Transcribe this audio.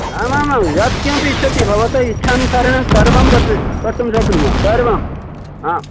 आमामां यत् किमपि इच्छति भवता इच्छानुसारेण सर्वं कर्तु कर्तुं शक्नुमः सर्वम् आ